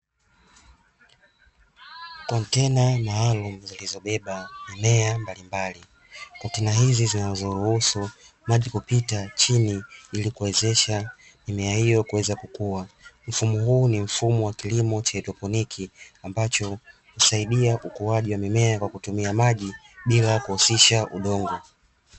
Kontena maalumu zilizobeba mimea mbalimbali, kontena hizi zinazoruhusu maji kupita chini ili kuwezesha mimea hiyo kuweza kukua, mfumo huu ni mfumo wa kilimo cha haidroponiki ambacho husaidia ukuaji wa mimea kwa kutumia maji bila kuhusisha udongo.